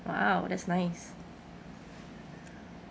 !wow! that's nice